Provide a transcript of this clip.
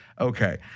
Okay